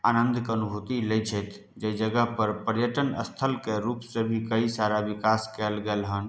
आनन्दके अनुभूति लै छथि जाहि जगह पर पर्यटन स्थलके रूप से भी कइ सारा विकास कएल गेल हन